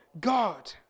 God